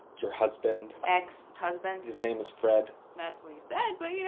your husband? ex-husband. his name was fred? that's what he said but, you know,